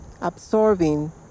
absorbing